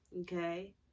okay